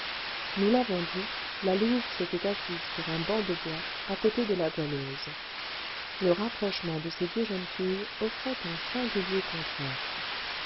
nous l'avons dit la louve s'était assise sur un banc de bois à côté de la goualeuse le rapprochement de ces deux jeunes filles offrait un singulier contraste